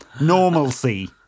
normalcy